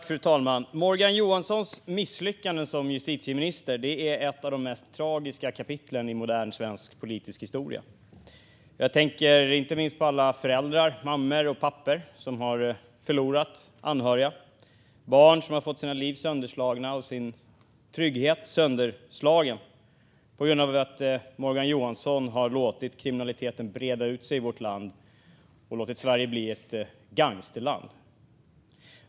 Fru talman! Morgan Johanssons misslyckande som justitieminister är ett av de mest tragiska kapitlen i modern svensk politisk historia. Jag tänker inte minst på alla mammor och pappor som har förlorat anhöriga och på alla barn som har fått sin trygghet och sina liv sönderslagna på grund av att Morgan Johansson har låtit kriminaliteten breda ut sig i vårt land och låtit Sverige bli ett gangsterland.